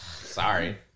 Sorry